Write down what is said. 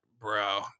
Bro